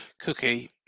Cookie